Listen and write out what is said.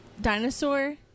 dinosaur